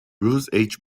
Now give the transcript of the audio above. bruce